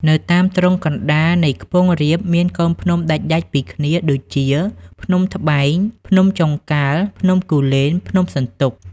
នៅតាមទ្រង់កណ្តាលនៃខ្ពង់រាប មានកូនភ្នំដាច់ៗពីគ្នា ដូចជា ភ្នំត្បែង ភ្នំចុងកាល់ ភ្នំគូលែន ភ្នំសន្ទុក។